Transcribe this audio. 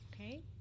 okay